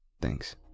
Thanks